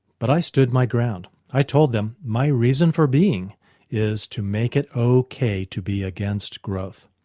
but i stood my ground i told them my reason for being is to make it ok to be against growth.